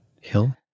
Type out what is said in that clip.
hill